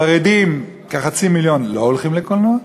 חרדים, כחצי מיליון, לא הולכים לקולנוע.